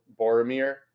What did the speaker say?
Boromir